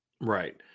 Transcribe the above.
Right